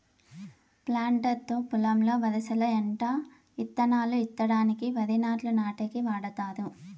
planter తో పొలంలో వరసల ఎంట ఇత్తనాలు ఇత్తడానికి, వరి నాట్లు నాటేకి వాడతారు